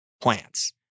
plants